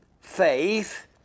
faith